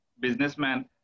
businessman